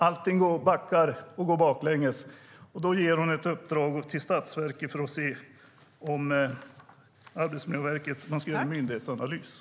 Allting går baklänges. Då ger ministern i uppdrag åt Statsverket att göra en myndighetsanalys av Arbetsmiljöverket!